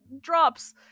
drops